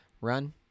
run